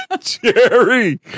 Jerry